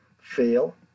Fail